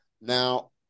now